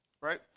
right